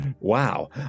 wow